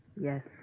Yes